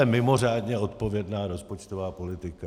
To je mimořádně odpovědná rozpočtová politika.